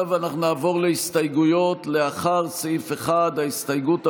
עכשיו נעבור להסתייגויות לאחר סעיף 1. ההסתייגות הראשונה,